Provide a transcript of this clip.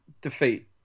defeat